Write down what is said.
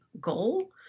goal